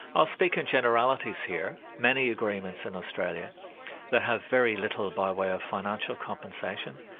i'll speak in generalities here. many agreements in australia that have very little by way of financial compensation,